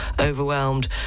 overwhelmed